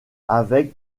avec